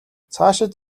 цаашид